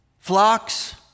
Flocks